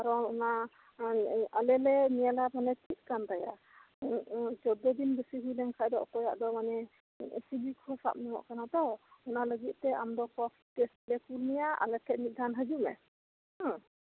ᱟᱫᱚ ᱟᱞᱮ ᱞᱮ ᱧᱮᱞᱟ ᱛᱟᱞᱦᱮ ᱪᱮᱫ ᱠᱟᱱ ᱛᱟᱭᱟ ᱪᱳᱫᱫᱳ ᱫᱤᱱ ᱠᱷᱚᱱ ᱵᱤᱥᱤ ᱦᱩᱭ ᱞᱮᱱ ᱠᱷᱟᱱ ᱚᱠᱚᱭᱟᱜ ᱫᱚ ᱢᱟᱱᱮ ᱴᱤᱵᱤ ᱠᱚ ᱥᱟᱵ ᱧᱟᱢᱚᱜ ᱠᱟᱱᱟ ᱛᱚ ᱚᱱᱟ ᱞᱟᱹᱜᱤᱫ ᱛ